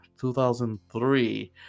2003